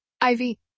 Ivy